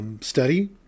Study